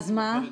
אז מה?